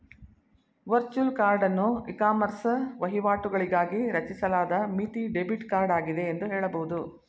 virtual ಕಾರ್ಡನ್ನು ecommerce ವಹಿವಾಟುಗಳಿಗಾಗಿ ರಚಿಸಲಾದ ಮಿತಿ ಡೆಬಿಟ್ ಕಾರ್ಡ್ ಆಗಿದೆ ಎಂದು ಹೇಳಬಹುದು